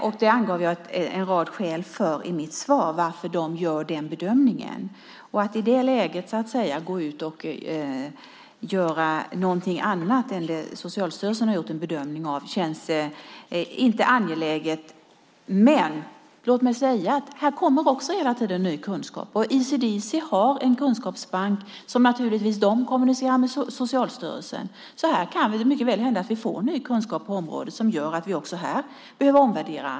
I mitt svar angav jag en rad skäl till att de gör den bedömningen. Att inte gå efter Socialstyrelsens bedömning känns inte angeläget. Men det kommer hela tiden ny kunskap. ECDC har en kunskapsbank och kommunicerar naturligtvis med Socialstyrelsen. Det kan mycket väl hända att vi får ny kunskap på området som gör att vi också här behöver göra en omvärdering.